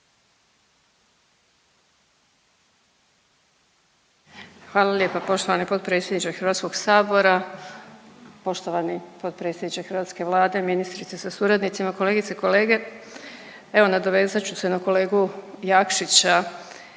Hvala lijepa poštovani potpredsjedniče Hrvatskog sabora. Poštovani potpredsjedniče hrvatske Vlade, ministrice sa suradnicima, kolegice i kolege, evo nadovezat ću se na kolegu Jakšića